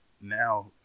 Now